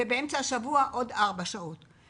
ובאמצע שבוע עוד ארבע שעות.